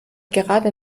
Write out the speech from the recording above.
gerade